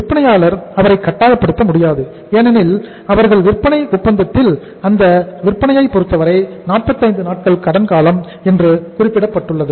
விற்பனையாளர் அவரை கட்டாயப்படுத்த முடியாது ஏனெனில் அவர்கள் விற்பனை ஒப்பந்தத்தில் அந்த விற்பனையை பொருத்தவரை 45 நாட்கள் கடன் காலம் என்று குறிப்பிடப்பட்டுள்ளது